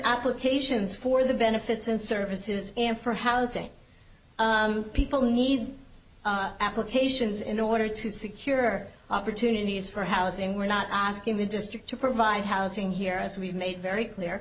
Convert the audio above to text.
applications for the benefits and services and for housing people need applications in order to secure opportunities for housing we're not asking the district to provide housing here as we've made very clear